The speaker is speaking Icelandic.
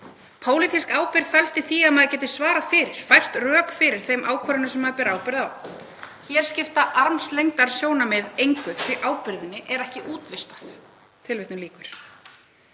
„Pólitísk ábyrgð felst í því að maður geti svarað fyrir — fært rök fyrir — þeim ákvörðunum sem maður ber ábyrgð á. Hér skipta „armlengdarsjónarmið“ engu því að ábyrgðinni er ekki útvistað.“ Skipulagt